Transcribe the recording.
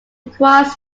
requires